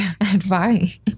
advice